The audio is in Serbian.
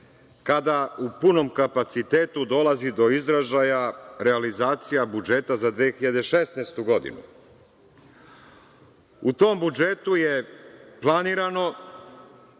kada u punom kapacitetu dolazi do izražaja realizacija budžeta za 2016. godinu. U tom budžetu je planirano